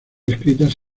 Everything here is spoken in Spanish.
escritas